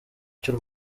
cy’u